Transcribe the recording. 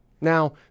Now